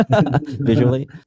visually